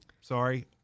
sorry